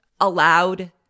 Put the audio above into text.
allowed